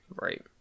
Right